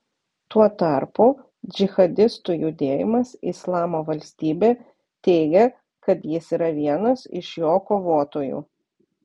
tuo tarpu džihadistų judėjimas islamo valstybė teigia kad jis yra vienas iš jo kovotojų